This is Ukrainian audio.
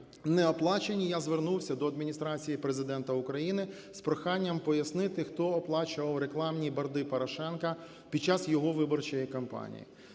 не оплачені, я звернувся до Адміністрації Президента України з проханням пояснити, хто оплачував рекламні борди Порошенка під час його виборчої кампанії.